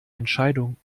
entscheidung